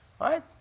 right